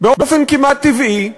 באופן כמעט טבעי,